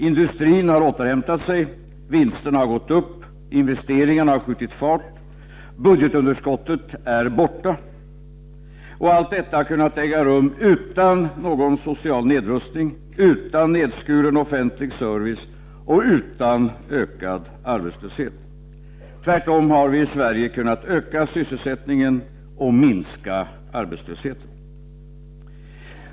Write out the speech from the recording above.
Industrin har återhämtat sig, vinsterna har gått upp, investeringarna har skjutit fart, budgetunderskottet är borta — och allt detta har kunnat äga rum utan någon social nedrustning, utan nedskuren offentlig service, och utan ökad arbetslöshet. Tvärtom har vi i Sverige kunnat öka sysselsättningen och minska arbetslösheten.